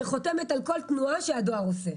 מסמכים וחותמת על כל תנועה שהדואר עושה.